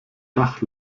dach